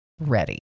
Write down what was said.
ready